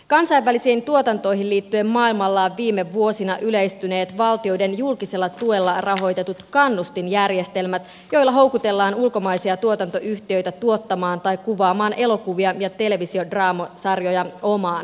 kansainvälisiin tuotantoihin liittyen maailmalla ovat viime vuosina yleistyneet valtioiden julkisella tuella rahoitetut kannustinjärjestelmät joilla houkutellaan ulkomaisia tuotantoyhtiöitä tuottamaan tai kuvaamaan elokuvia ja televisiodraamasarjoja omaan maahansa